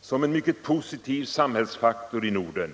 som en mycket positiv samhällsfaktor i Norden.